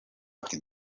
ati